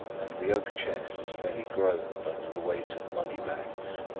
and the oak chests fairly groaned under the weight of money-bags.